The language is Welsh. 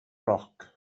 roc